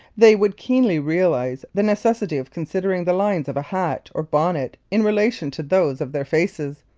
they would keenly realize the necessity of considering the lines of hat or bonnet in relation to those of their faces,